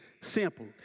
Simple